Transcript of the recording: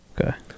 Okay